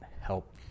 help